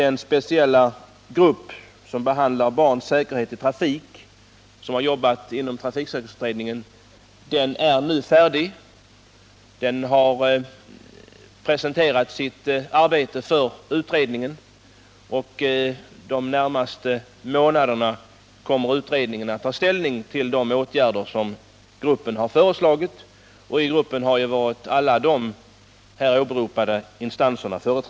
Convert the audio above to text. Den speciella grupp som behandlat frågan om barns säkerhet i trafik och som har arbetat inom trafiksäkerhetsutredningen har nu presenterat sitt arbete för utredningen. Inom de närmaste månaderna kommer utredningen att ta ställning till de åtgärder som gruppen föreslagit. Alla de instanser som här har åberopats har varit företrädda i denna grupp.